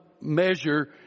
measure